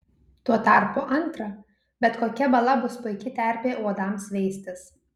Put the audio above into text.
tuo tarpu antra bet kokia bala bus puiki terpė uodams veistis